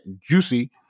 juicy